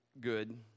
good